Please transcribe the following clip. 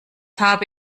habe